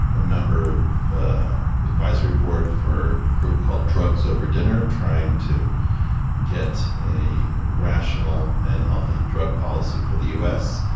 a member of the advisory board for a group called drugs over dinner, trying to get a rational and healthy drug policy for the us.